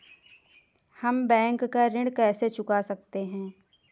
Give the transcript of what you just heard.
हम बैंक का ऋण कैसे चुका सकते हैं?